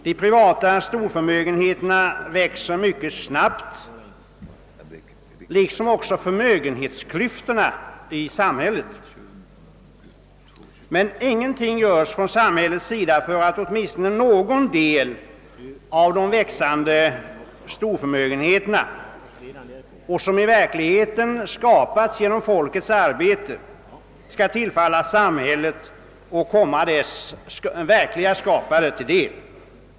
De privata storförmögenheterna växer mycket snabbt liksom också förmögenhetsklyftorna i samhället. Men ingenting görs från samhällets sida för att åtminstone någon del av de växande storförmögenheterna, som i verkligheten skapats genom folkets arbete, skall tillfalla samhället och komma dess verkliga skapare till del.